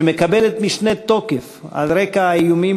שמקבלת משנה תוקף על רקע האיומים